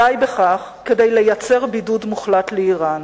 די בכך לייצר בידוד מוחלט לאירן.